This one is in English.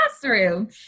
classroom